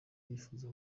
yifuza